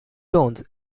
tones